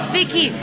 Vicky